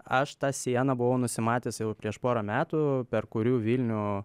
aš tą sieną buvau nusimatęs jau prieš porą metų per kuriu vilnių